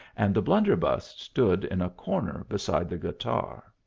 and the blunderbuss stood in a corner beside the guitar.